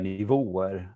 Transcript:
nivåer